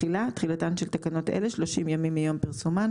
תחילה תחילתן של תקנות אלה 30 ימים מיום פרסומן.